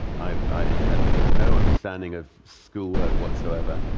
i had no understanding of schoolwork whatsoever.